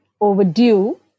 overdue